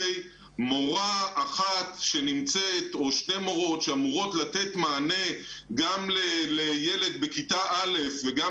מורה אחת שנמצאת או שתי מורות שאמורות לתת מענה גם לילד בכיתה א' וגם